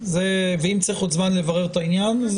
אם צריך עוד זמן לברר את העניין,